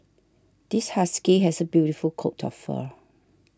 this husky has a beautiful coat of fur